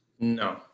No